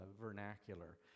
vernacular